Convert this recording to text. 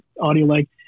Audio-like